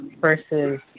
versus